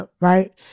right